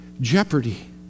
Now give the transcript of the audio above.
jeopardy